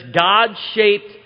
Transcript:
God-shaped